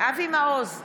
אבי מעוז,